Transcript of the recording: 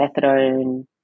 methadone